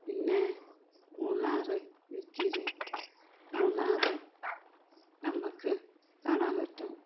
പിന്നെ മൂന്നാറ് ഇടുക്കിയിൽ മൂന്നാറ് നമുക്ക് കാണാൻ പറ്റും